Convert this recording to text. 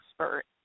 expert